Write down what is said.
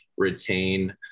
Retain